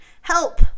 Help